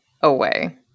away